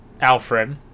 Alfred